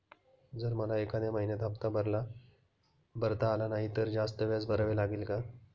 जर मला एखाद्या महिन्यात हफ्ता भरता आला नाही तर जास्त व्याज भरावे लागेल का?